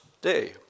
day